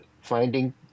finding